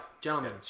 gentlemen